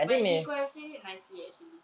but he could have say it nicely actually